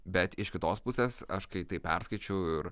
bet iš kitos pusės aš kai tai perskaičiau ir